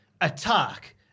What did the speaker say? attack